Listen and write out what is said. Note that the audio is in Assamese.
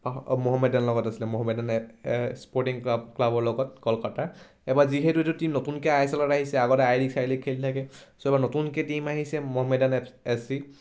মহমদ্যানৰ লগত আছিলে মহমদ্যানে স্পৰ্টিং ক্লাব ক্লাবৰ লগত কলকাতাৰ এবাৰ যিহেতু এইটো টিম নতুনে আই এচ এলত আহিছে আগতে আই লিগ চাই লিগ খেলি থাকে চ' এইবাৰ নতুনকৈ টীম আহিছে মহমদ্যান এফ এছ চি